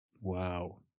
Wow